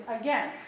again